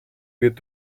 wird